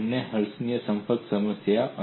અને તમને હર્ટ્ઝિયન સંપર્ક સમસ્યા છે